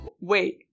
Wait